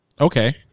Okay